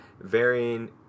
Varying